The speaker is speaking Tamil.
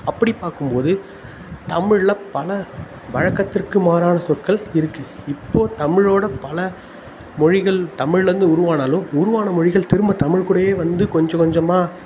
அப்படிப்பார்க்கும் போது தமிழில் பல வழக்கத்திற்கு மாறான சொற்கள் இருக்குது இப்போது தமிழோடு பல மொழிகள் தமிழ்லருந்து உருவானாலும் உருவான மொழிகள் திரும்ப தமிழ் கூடயே வந்து கொஞ்சம் கொஞ்சமாக